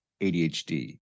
ADHD